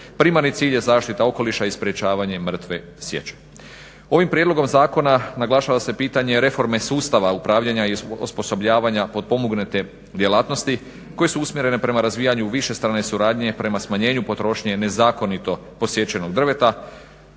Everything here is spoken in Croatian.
Primarni cilj je zaštita okoliša i sprječavanje mrtve sječe. Ovim prijedlogom zakona naglašava se pitanje reforme sustava, upravljanja i osposobljavanja potpomognute djelatnosti koje su usmjerene prema razvijanju višestrane suradnje prema smanjenju potrošnje nezakonito posjećenog drveta.